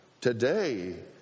today